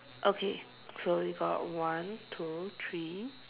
okay so we got one two three